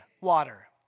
water